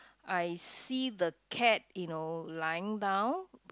I see the cat you know lying down